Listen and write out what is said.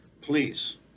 please